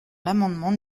l’amendement